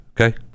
okay